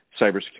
cybersecurity